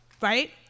right